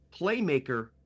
playmaker